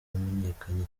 wamenyekanye